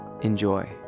Enjoy